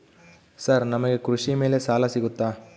Sir ನಮಗೆ ಕೃಷಿ ಮೇಲೆ ಸಾಲ ಸಿಗುತ್ತಾ?